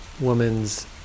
woman's